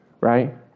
Right